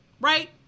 Right